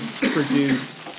produce